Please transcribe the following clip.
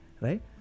right